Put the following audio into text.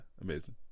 amazing